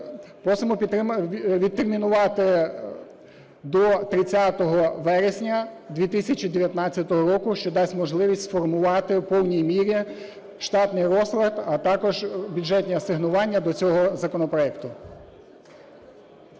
Просимо відтермінувати до 30 вересня 2019 року, що дасть можливість сформувати в повній мірі штатний розклад, а також бюджетні асигнування до цього законопроекту.